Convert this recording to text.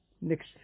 next